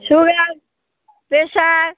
sugar pressure